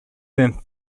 than